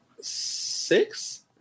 Six